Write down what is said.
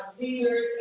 leaders